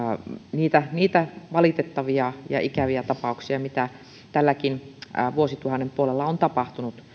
niitä niitä valitettavia ja ikäviä tapauksia mitä tämänkin vuosituhannen puolella on tapahtunut